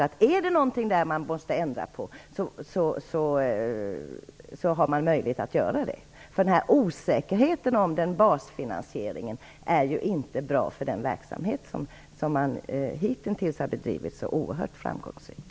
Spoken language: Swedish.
Om det är någonting som man måste ändra på, då har man möjlighet att göra det. Den osäkerhet som finns om basfinansieringen är ju inte bra för den verksamhet som man hitintills har bedrivit så oerhört framgångsrikt.